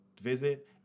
Visit